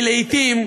כי לעתים,